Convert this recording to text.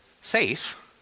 safe